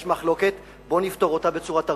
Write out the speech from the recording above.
יש מחלוקת, בואו נפתור אותה בצורה תרבותית.